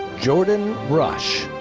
jordan rush.